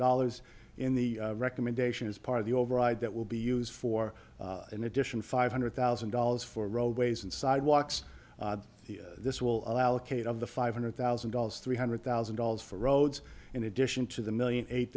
dollars in the recommendation is part of the override that will be used for in addition five hundred thousand dollars for roadways and sidewalks this will allocate of the five hundred thousand dollars three hundred thousand dollars for roads in addition to the million eight